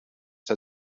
der